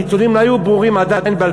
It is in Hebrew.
הנתונים עדיין לא היו ברורים ב-2005.